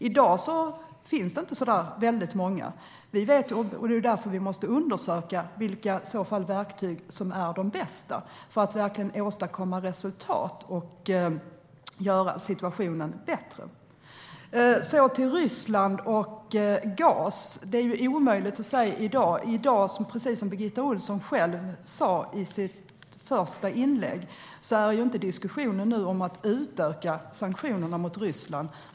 I dag finns det inte särskilt många verktyg. Därför måste vi undersöka vilka som är de bästa så att vi kan åstadkomma verkliga resultat och göra situationen bättre. När det gäller Ryssland och gas är det omöjligt att säga något om det i dag. Birgitta Ohlsson sa själv i sitt första inlägg att diskussionen i dag inte handlar om att utöka sanktionerna mot Ryssland.